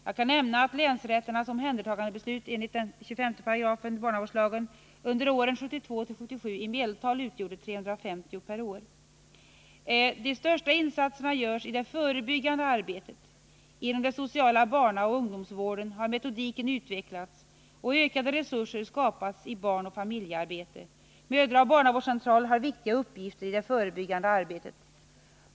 Jag kan nämna att länsrätternas omhändertagandebeslut enligt 25 a § barnavårdslagen under åren 1972-1977 i medeltal utgjorde 350 per är. De största insatserna görs i det förebyggande arbetet. Inom den sociala barnaoch ungdomsvården har metodiken utvecklats och ökade resurser skapats i barnoch familjearbete. Mödraoch barnavårdscentraler har viktiga uppgifter i det förebyggande arbetet.